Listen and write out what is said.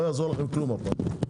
לא יעזור לכם כלום הפעם,